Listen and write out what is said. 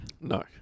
No